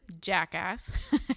jackass